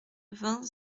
vingt